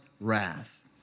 wrath